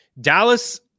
Dallas